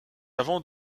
avant